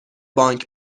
بانک